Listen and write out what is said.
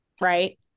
Right